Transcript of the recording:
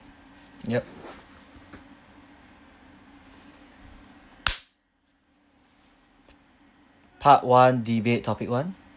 yup part one debate topic one